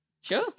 Sure